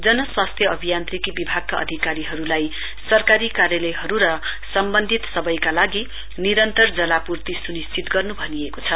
जन स्वास्थ्य अभियान्त्रिकी विभागका अधिकारीहरूलाई सरकारी कार्यालयहरू र सम्वन्धित सबैका लागि निरन्तर आपर्ति जलापुर्ति सुनिश्चित गर्नु भनिएको छ